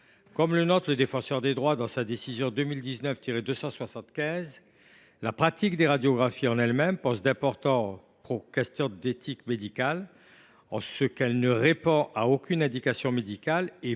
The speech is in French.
Comme le note le Défenseur des droits dans sa décision n° 2019 275, la pratique des radiographies pose en elle même d’importantes questions d’éthique médicale, car elle ne répond à aucune indication médicale et